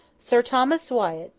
sir thomas wyat,